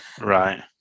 Right